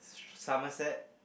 Somerset